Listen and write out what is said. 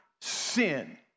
sin